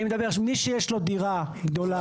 אני מדבר על מי שיש לו דירה גדולה,